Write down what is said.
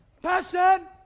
Passion